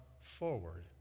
forward